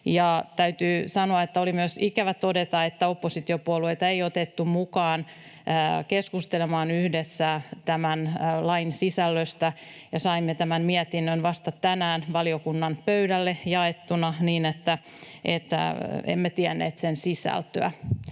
Täytyy sanoa, että oli myös ikävä todeta, että oppositiopuolueita ei otettu mukaan keskustelemaan yhdessä tämän lain sisällöstä ja saimme tämän mietinnön vasta tänään valiokunnan pöydälle jaettuna, niin että emme tienneet sen sisältöä